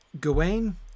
Gawain